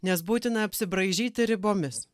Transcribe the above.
nes būtina apsibraižyti ribomis